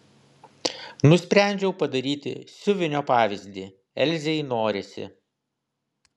nusprendžiau padaryti siuvinio pavyzdį elzei norisi